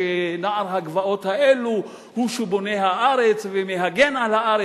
ושנער הגבעות הזה הוא שבונה את הארץ ומגן על הארץ.